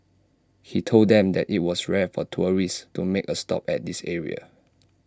he told them that IT was rare for tourists to make A stop at this area